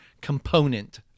component